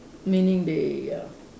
meaning they uh